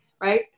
right